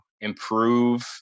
improve